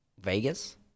Vegas